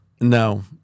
No